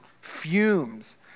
fumes